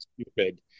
stupid